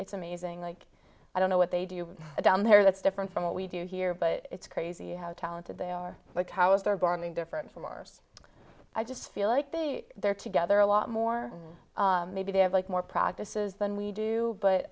it's amazing like i don't know what they do you down there that's different from what we do here but it's crazy how talented they are because they're bombing different from ours i just feel like they they're together a lot more maybe they have like more practices than we do but